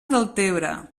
deltebre